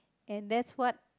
and that's what